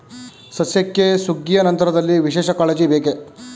ಸಸ್ಯಕ್ಕೆ ಸುಗ್ಗಿಯ ನಂತರದಲ್ಲಿ ವಿಶೇಷ ಕಾಳಜಿ ಬೇಕೇ?